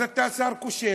אז אתה שר כושל.